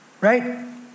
right